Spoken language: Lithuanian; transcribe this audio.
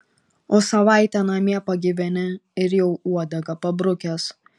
o savaitę namie pagyveni ir jau uodegą pabrukęs